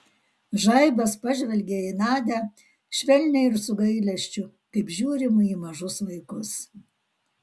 žaibas pažvelgė į nadią švelniai ir su gailesčiu kaip žiūrima į mažus vaikus